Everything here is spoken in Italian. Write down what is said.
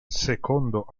secondo